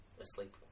asleep